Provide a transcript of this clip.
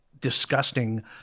disgusting